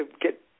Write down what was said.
get